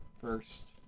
first